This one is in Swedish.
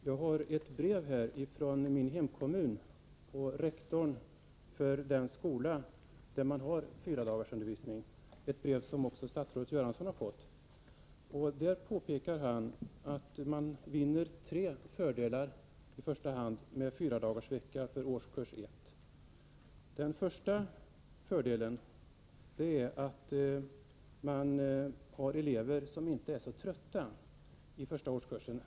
Herr talman! Jag har här ett brev från min hemkommun och rektorn för den skola där man har fyradagarsundervisning — ett brev som också statsrådet Göransson har fått. Där påpekar rektorn att man vinner i första hand tre Den första fördelen är att man får elever som inte är så trötta i första årskursen.